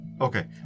Okay